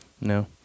No